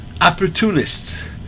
opportunists